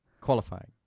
qualifying